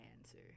answer